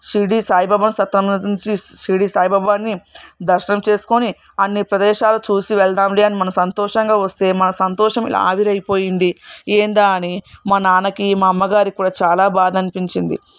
షిరిడి సాయిబాబా సత్రం నుంచి షిరిడి సాయిబాబాని దర్శనం చేసుకుని అన్ని ప్రదేశాలు చూసి వెళ్దాంలే అని మనం సంతోషంగా వస్తే మనం సంతోషంగా ఆవిరైపోయింది ఏందా అని మా నాన్నకి మా అమ్మగారికి కూడా చాలా బాధ అనిపించింది